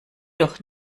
doch